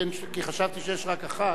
כי חשבתי שיש רק אחת.